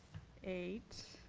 eight.